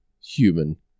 human